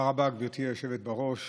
תודה רבה, גברתי היושבת-ראש.